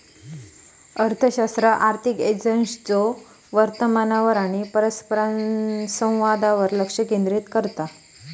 अर्थशास्त्र आर्थिक एजंट्सच्यो वर्तनावर आणि परस्परसंवादावर लक्ष केंद्रित करता